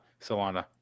Solana